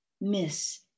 miss